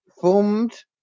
formed